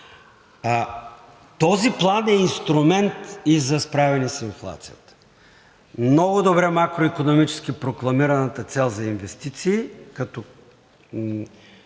Този план е инструмент и за справяне с инфлацията, много добре макроикономически прокламираната цел за инвестиции, като